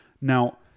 Now